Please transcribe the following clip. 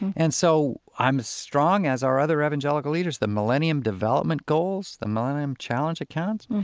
and so i'm strong, as are other evangelical leaders, the millennium development goals, the millennium challenge accounts.